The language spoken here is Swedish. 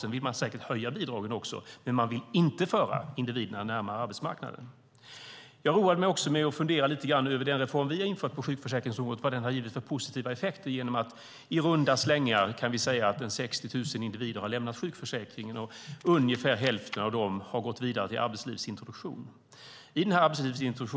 Sedan vill man säkert höja bidragen också. Men man vill inte föra individerna närmare arbetsmarknaden. Jag roade mig också med att fundera lite grann över den reform som vi har infört på sjukförsäkringsområdet, vilka positiva effekter den har gett genom att i runda slängar 60 000 individer har lämnat sjukförsäkringen och ungefär hälften av dem har gått vidare till arbetslivsintroduktion.